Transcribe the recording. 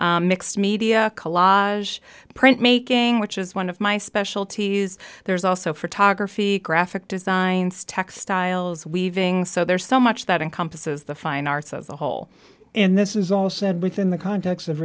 that mixed media collage printmaking which is one of my specialties there's also photography graphic designs textiles weaving so there's so much that encompasses the fine arts as a whole in this is all said within the context of